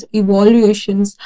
evaluations